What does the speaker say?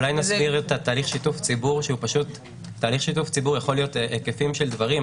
תהליך שיתוף ציבור יכול להיות היקפים של דברים,